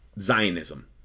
Zionism